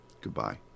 Goodbye